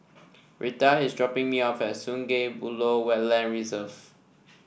Rheta is dropping me off at Sungei Buloh Wetland Reserve